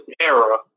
era